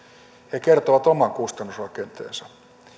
he kertoivat oman kustannusrakenteensa